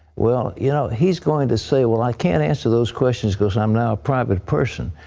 well, you know, he's going to say, well, i can't answer those questions because i'm now a private person.